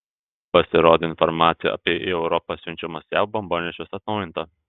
pasirodė informacija apie į europą siunčiamus jav bombonešius atnaujinta